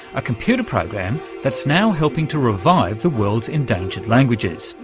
a computer program that's now helping to revive the world's endangered languages,